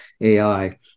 AI